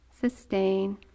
sustain